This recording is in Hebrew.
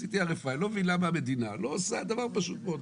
עשיתי RFI. אני לא מבין למה המדינה לא עושה דבר פשוט מאוד,